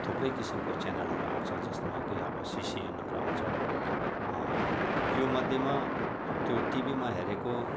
थुप्रै किसिमको च्यानलहरू आउँछ जसमा कि अब सिसिएनहरू आउँछ यो मध्येमा त्यो टिभीमा हेरेको